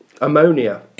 ammonia